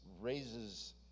raises